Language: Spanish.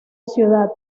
ciudad